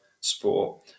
sport